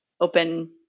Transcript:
open